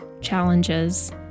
challenges